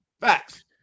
Facts